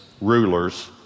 rulers